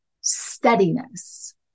steadiness